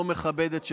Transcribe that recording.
הלא-מכבדת שלכם.